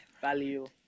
value